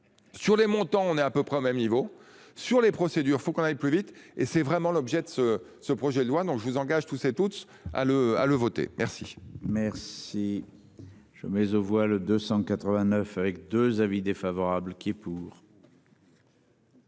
Sur les montants, on est à peu près au même niveau sur les procédures, il faut qu'on aille plus vite et c'est vraiment l'objet de ce ce projet de loi dont je vous engage tous et toutes à le à le voter. Merci. Merci. Je mais on voit le 289 avec 2 avis défavorable qui est pour.